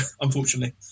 unfortunately